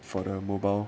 for the mobile